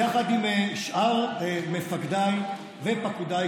יחד עם שאר מפקדיי ופקודיי,